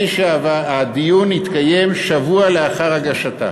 הדיון יתקיים שבוע לאחר הגשתה.